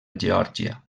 geòrgia